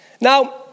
Now